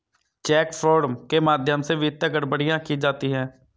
check fraud के माध्यम से वित्तीय गड़बड़ियां की जाती हैं